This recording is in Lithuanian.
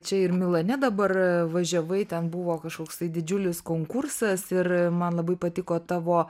čia ir milane dabar važiavai ten buvo kažkoksai didžiulis konkursas ir man labai patiko tavo